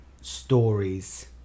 stories